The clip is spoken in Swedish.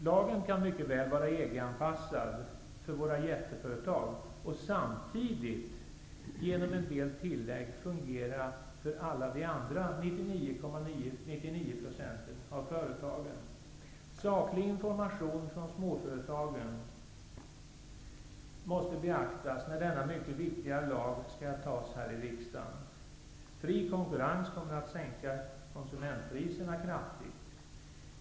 Lagen kan mycket väl vara EG-anpassad för våra jätteföretag och samtidigt genom en del tillägg fungera för alla de andra Saklig information från småföretagen måste beaktas när riksdagen skall fatta beslut om denna mycket viktiga lag. Fri konkurrens kommer att sänka konsumentpriserna kraftigt.